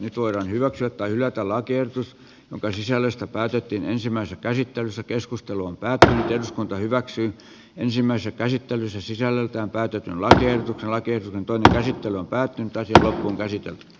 nyt voidaan hyväksyä tai hylätä lakiehdotus jonka sisällöstä päätettiin ensimmäisessä käsittelyssä keskustelun päältä jos kunta hyväksyy ensimmäistä käsittelyssä sisällöltään päätetyn lakiehdotuksen aikeet antoine tylppää toisilla on täysi